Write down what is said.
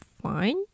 fine